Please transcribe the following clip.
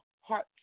heart